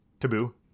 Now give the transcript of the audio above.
Taboo